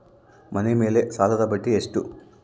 ಮನೆ ಮೇಲೆ ಸಾಲದ ಬಡ್ಡಿ ಎಷ್ಟು?